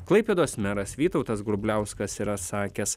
klaipėdos meras vytautas grubliauskas yra sakęs